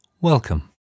Welcome